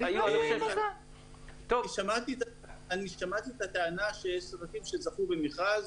--- אני שמעתי את הטענה שיש ספקים שזכו במכרז.